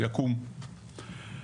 יקום,